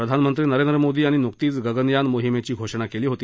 प्रधानमंत्री नरेंद्र मोदी यांनी नुकतीच गगनयान मोहिमेची घोषणा केली होती